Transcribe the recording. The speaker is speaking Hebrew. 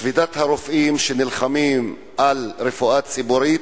שביתת הרופאים, שנלחמים על רפואה ציבורית,